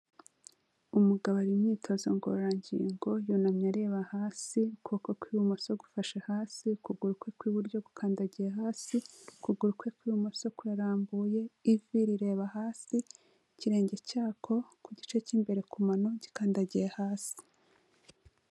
Umugabo ari mu myitozo ngororangingo yunamye areba hasi, ukuboko kw'ibumoso gufashe hasi ukuguru kwe kw'iburyo gukandagiye hasi, ukuguru kwe kw'ibumoso kurambuye ivi rireba hasi, ikirenge cyako ku gice cy'imbere ku mano gikandagiye hasi.